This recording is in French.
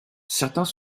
certains